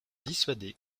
dissuader